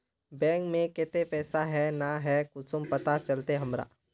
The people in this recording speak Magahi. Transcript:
बैंक में केते पैसा है ना है कुंसम पता चलते हमरा?